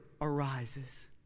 arises